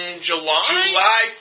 July